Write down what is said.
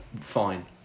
fine